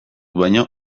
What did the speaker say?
baino